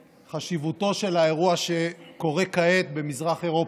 בחשיבותו של האירוע שקורה כעת במזרח אירופה.